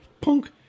punk